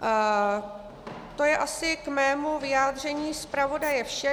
To je asi k mému vyjádření zpravodaje vše.